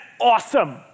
awesome